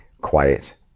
quiet